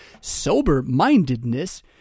sober-mindedness